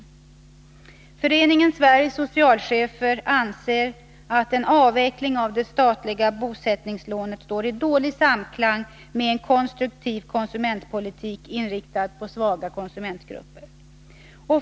FSS — Föreningen Sveriges socialchefer — ”anser att en avveckling av det statliga bosättningslånet står i dålig samklang med en konstruktiv konsumentpolitik inriktad på svaga konsumentgrupper.